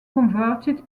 converted